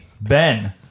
Ben